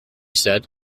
said